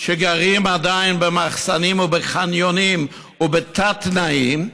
שגרים עדיין במחסנים ובחניונים ובתת-תנאים,